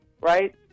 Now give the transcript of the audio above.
right